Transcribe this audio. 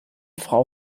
frau